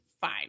fine